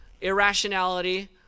irrationality